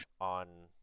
on